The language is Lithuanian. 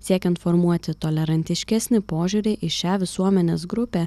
siekiant formuoti tolerantiškesnį požiūrį į šią visuomenės grupę